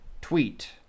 tweet